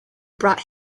brought